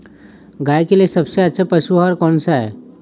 गाय के लिए सबसे अच्छा पशु आहार कौन सा है?